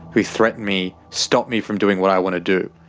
who threaten me, stop me from doing what i want to do?